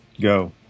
go